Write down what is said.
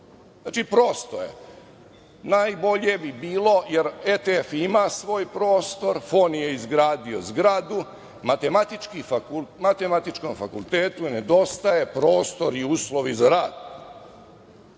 Znači, prosto je, najbolje bi bilo, jer ETF ima svoj prostor, FON je izgradio zgradu, Matematičkom fakultetu nedostaje prostor i uslovi za